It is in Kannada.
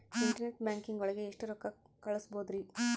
ಇಂಟರ್ನೆಟ್ ಬ್ಯಾಂಕಿಂಗ್ ಒಳಗೆ ಎಷ್ಟ್ ರೊಕ್ಕ ಕಲ್ಸ್ಬೋದ್ ರಿ?